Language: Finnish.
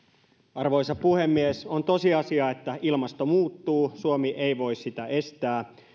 arvoisa puhemies on tosiasia että ilmasto muuttuu suomi ei voi sitä estää